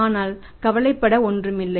ஆனால் கவலைப்பட ஒன்றுமில்லை